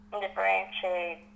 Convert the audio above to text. Differentiate